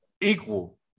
equal